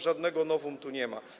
Żadnego novum tu nie ma.